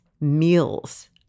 meals